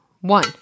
one